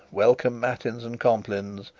welcome matins and complines,